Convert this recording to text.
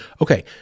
Okay